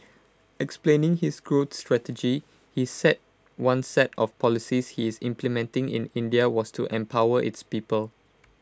explaining his growth strategy he said one set of policies he is implementing in India was to empower its people